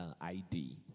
id